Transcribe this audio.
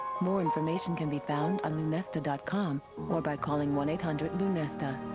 more information can be found on lunesta dot com or by calling one eight hundred lunesta.